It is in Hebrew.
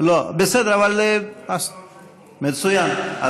בסדר, מצוין.